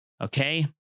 okay